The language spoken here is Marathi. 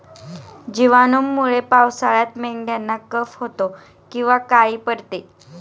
जिवाणूंमुळे पावसाळ्यात मेंढ्यांना कफ होतो किंवा काळी पडते